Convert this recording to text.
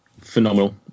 phenomenal